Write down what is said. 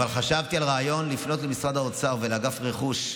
אבל חשבתי על רעיון לפנות למשרד האוצר ולאגף רכוש,